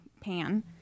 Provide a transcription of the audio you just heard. Pan